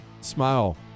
Smile